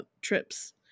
trips